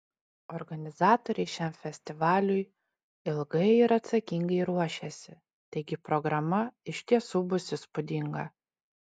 organizatoriai šiam festivaliui ilgai ir atsakingai ruošėsi taigi programa iš tiesų bus įspūdinga